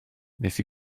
nes